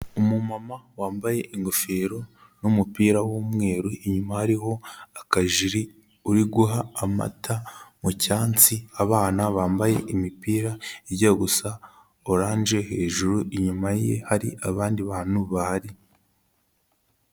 Umumama wambaye ingofero n'umupira w'umweru inyuma hariho akajiri, uri guha amata mu cyansi abana bambaye imipira ijya gusa oranje, hejuru inyuma ye hari abandi bantu bahari.